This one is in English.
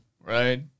right